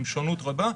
עם שונות רבה.